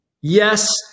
yes